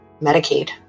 Medicaid